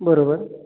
बरोबर